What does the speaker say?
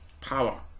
power